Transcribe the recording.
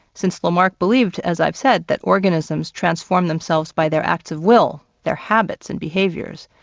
since lamarck believed, as i've said, that organisms transformed themselves by their acts of will, their habits and behaviors.